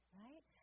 right